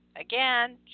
again